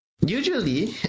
Usually